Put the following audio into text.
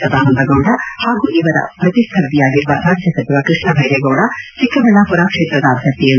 ಸದಾನಂದ ಗೌಡ ಹಾಗೂ ಇವರ ಪ್ರತಿಸ್ಪರ್ಧಿಯಾಗಿರುವ ರಾಜ್ಯ ಸಚಿವ ಕೃಷ್ಣಬೈರೇಗೌಡ ಚಿಕ್ಕಬಳ್ಳಾಪುರ ಕ್ಷೇತ್ರದ ಅಭ್ಯರ್ಥಿ ಎಂ